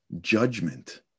judgment